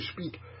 speak